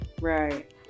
Right